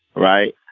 right.